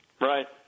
Right